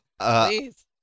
Please